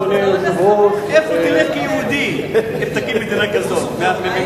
איפה תלך, כיהודי, אם תקים מדינה כזאת?